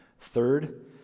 Third